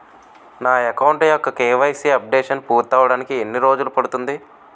నా అకౌంట్ యెక్క KYC updation పూర్తి అవ్వడానికి ఎన్ని రోజులు పడుతుంది?